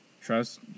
trust